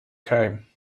came